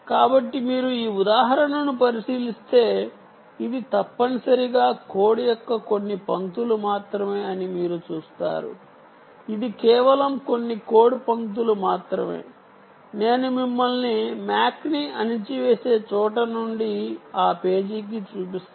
కాబట్టి మీరు ఈ ఉదాహరణను పరిశీలిస్తే ఇది తప్పనిసరిగా కోడ్ యొక్క కొన్ని పంక్తులు మాత్రమే అని మీరు చూస్తారు ఇది కేవలం కొన్ని కోడ్ పంక్తులు మాత్రమే నేను మిమ్మల్ని MAC ని అణిచివేసే చోట నుండి ఆ పేజీకి చూపిస్తాను